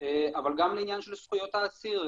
אבל גם לעניין זכויות האסיר,